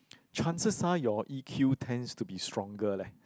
chances are your E_Q tends to be stronger leh